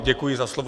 Děkuji za slovo.